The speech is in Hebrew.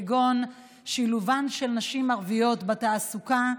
כגון שילובן של נשים ערביות בתעסוקה.